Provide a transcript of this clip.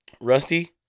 Rusty